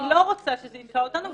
אני לא רוצה שזה יתקע אותנו,